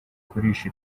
kurisha